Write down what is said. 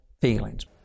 feelings